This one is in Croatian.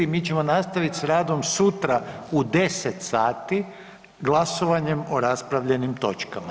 Mi ćemo nastavit s radom sutra u 10 sati glasovanjem o raspravljenim točkama.